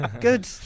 Good